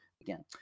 again